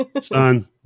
Son